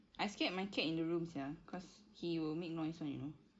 I scared my cat in the room [sial] cause he will make noise [one] you know